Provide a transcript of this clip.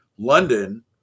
London